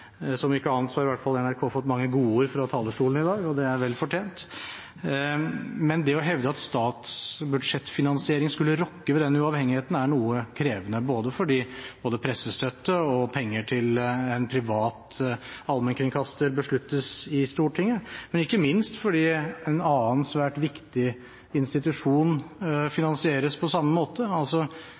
ikke annet så har i hvert fall NRK fått mange godord fra talerstolen i dag, og det er vel fortjent. Men det å hevde at statsbudsjettfinansiering skulle rokke ved den uavhengigheten, er noe krevende, fordi både pressestøtte og penger til en privat allmennkringkaster besluttes i Stortinget, men – ikke minst – fordi en annen svært viktig institusjon finansieres på samme måte.